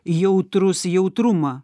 jautrus jautrumą